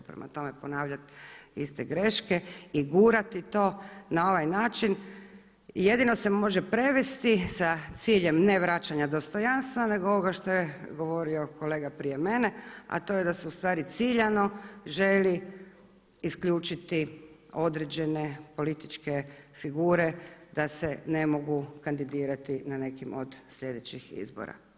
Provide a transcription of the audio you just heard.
Prema tome ponavljati iste greške i gurati to na ovaj način jedino se može prevesti sa ciljem ne vraćanja dostojanstva nego ovoga što je govorio kolega prije mene a to je da ustvari ciljano želi isključiti određene političke figure da se ne mogu kandidirati na nekim od sljedećih izbora.